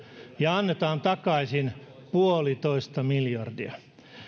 ja annetaan takaisin yksi pilkku viisi miljardia